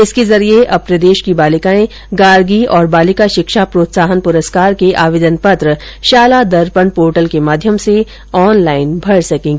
इसके जरिए अब प्रदेश की बालिकाएं गार्गी और बालिका शिक्षा प्रोत्साहन पुरस्कार के आवेदन पत्र शाला दर्पण पोर्टल के माध्यम से ऑनलाइन भर सकेंगी